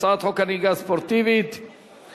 הצעת חוק הנהיגה הספורטיבית (תיקון).